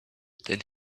then